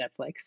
Netflix